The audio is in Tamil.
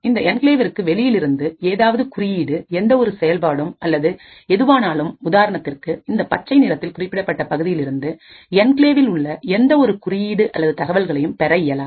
இந்த என்கிளேவிற்குவெளியில் இருந்த ஏதாவது குறியீடு எந்த ஒரு செயல்பாடும் அல்லது எதுவானாலும் உதாரணத்திற்கு இந்த பச்சை நிறத்தில் குறிப்பிடப்பட்ட பகுதியில் இருந்து என்கிளேவில் உள்ள எந்த ஒரு குறியீடு அல்லது தகவல்களையும் பெற இயலாது